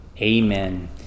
Amen